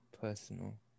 personal